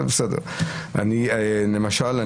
למשל,